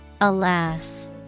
Alas